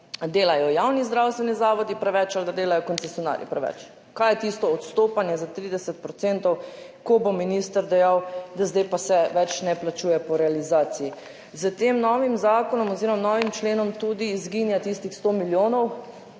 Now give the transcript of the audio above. delajo javni zdravstveni zavodi preveč ali da delajo koncesionarji preveč. Kaj je tisto odstopanje za 30 %, ko bo minister dejal, da zdaj pa se več ne plačuje po realizaciji. S tem novim zakonom oziroma novim členom izginja tudi tistih 100 milijonov,